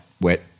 wet